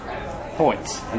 points